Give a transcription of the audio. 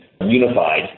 unified